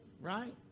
Right